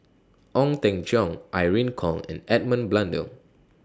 Ong Teng Cheong Irene Khong and Edmund Blundell